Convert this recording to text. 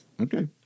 Okay